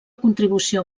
contribució